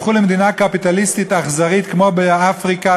הפכו למדינה קפיטליסטית אכזרית כמו באפריקה,